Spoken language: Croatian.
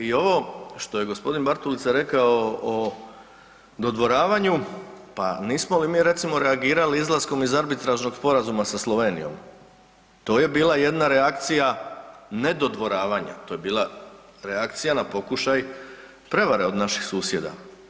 I ovo što je g. Bartulica rekao o dodvoravanju, pa nismo li mi recimo reagirali izlaskom iz arbitražnog sporazuma za Slovenijom, to je bila jedna reakcija ne dodvoravanja, to je bila reakcija na pokušaj prevare od naših susjeda.